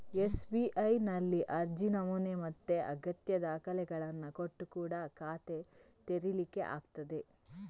ಎಸ್.ಬಿ.ಐನಲ್ಲಿ ಅರ್ಜಿ ನಮೂನೆ ಮತ್ತೆ ಅಗತ್ಯ ದಾಖಲೆಗಳನ್ನ ಕೊಟ್ಟು ಕೂಡಾ ಖಾತೆ ತೆರೀಲಿಕ್ಕೆ ಆಗ್ತದೆ